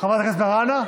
חברת הכנסת מראענה,